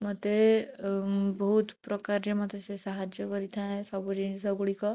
ମୋତେ ବହୁତ ପ୍ରକାରରେ ମୋତେ ସେ ସାହାଯ୍ୟ କରିଥାଏ ସବୁ ଜିନିଷ ଗୁଡ଼ିକ